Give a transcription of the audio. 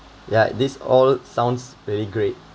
ya this all sounds really great